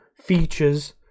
features